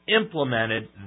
implemented